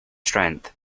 strength